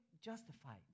justify